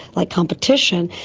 like competition,